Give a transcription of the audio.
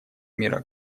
мира